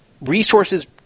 resources